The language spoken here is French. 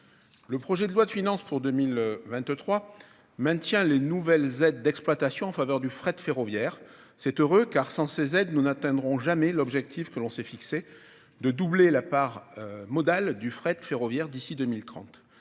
Le projet de loi de finances pour 2023 maintient les nouvelles aides d'exploitation en faveur du fret ferroviaire. C'est heureux, car, sans ces aides, nous n'atteindrons jamais l'objectif que l'on s'est fixé de doubler la part modale du fret ferroviaire d'ici à 2030.